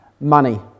money